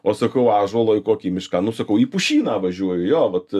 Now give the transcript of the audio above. o sakau ąžuolą į kokį mišką nu sakau į pušyną važiuoju jo vat